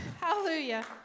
Hallelujah